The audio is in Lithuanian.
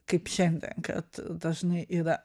kaip šiandien kad dažnai yra